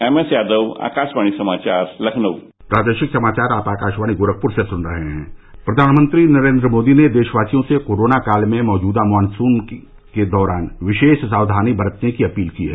MS Yadav Akashvani समाचार लखनऊ प्रधानमंत्री नरेन्द्र मोदी ने देशवासियों से कोरोना काल में मौजूदा मॉनसून के दौरान विशेष सावधानी बरतने की अपील की है